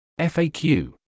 FAQ